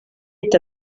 est